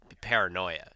paranoia